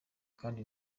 kandi